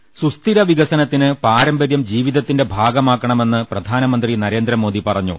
ദിനേശ് സുസ്ഥിര വികസനത്തിന് പാരമ്പര്യം ജീവിതത്തിന്റെ ഭാഗമാക്കണമെന്ന് പ്രധാനമന്ത്രി നരേന്ദ്രമോദി പറഞ്ഞു